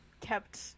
kept